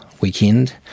weekend